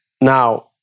Now